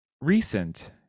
recent